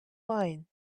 line